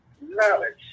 knowledge